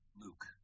Luke